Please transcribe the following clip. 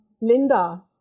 Linda